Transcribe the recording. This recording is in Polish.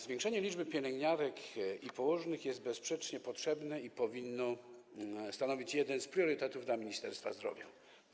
Zwiększenie liczby pielęgniarek i położnych jest bezsprzecznie potrzebne i powinno stanowić jeden z priorytetów Ministerstwa Zdrowia.